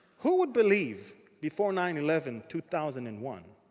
who would believe before nine eleven, two thousand and one,